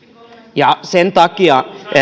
ja sen takia